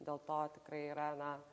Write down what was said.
dėl to tikrai yra na